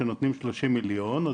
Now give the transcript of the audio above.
כשנותנים 30 מיליון,